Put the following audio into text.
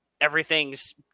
everything's